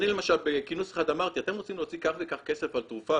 אני למשל בכינוס אחד אמרתי: אתם רוצים להוציא כך וכך כסף על תרופה?